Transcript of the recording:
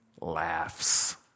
laughs